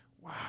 Wow